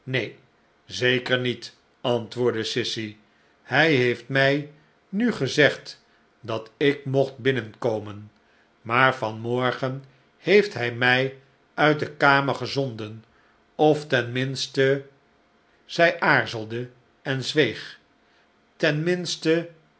neen zeker niet antwoordde sissy hij heeft mij nu gezegd dat ik mocht binnenkomen maar van morgen heeft hij mij uit de kamer gezonden of ten minste zij aarzelde en zweeg